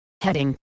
heading